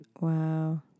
Wow